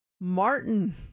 Martin